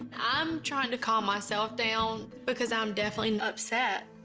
i'm trying to calm myself down, because i'm definitely upset.